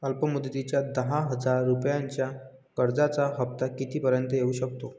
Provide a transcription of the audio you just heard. अल्प मुदतीच्या दहा हजार रुपयांच्या कर्जाचा हफ्ता किती पर्यंत येवू शकतो?